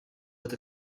with